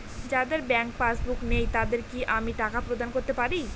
যাদের bank passbook নেই তাদের কি আমি টাকা প্রদান করতে পারি?